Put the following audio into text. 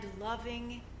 loving